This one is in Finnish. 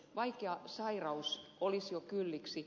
vaikea sairaus olisi jo kylliksi